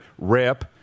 Rip